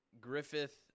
Griffith